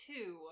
Two